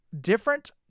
different